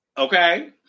Okay